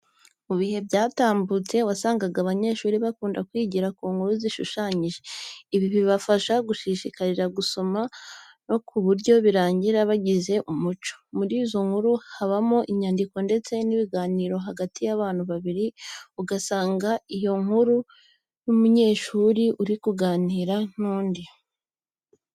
Mu bihe byatambutse wasangaga abanyeshuri bakunda kwigira ku nkuru zishushanije, ibi bibafasha gushishikarira gusoma ku buryo birangira babigize umuco. Muri izo nkuru habamo imyandiko ndetse n'ibiganiro hagati y'abantu babiri, ugasanga iyo nkuru ni iy'umunyeshuri uri kuganira n'undi.